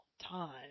time